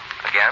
again